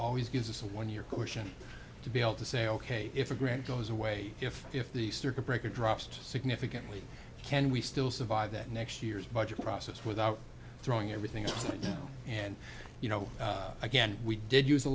always gives us a one year cushion to be able to say ok if a grant goes away if if the circuit breaker drops to significantly can we still survive that next year's budget process without throwing everything out and you know again we did use a